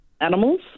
animals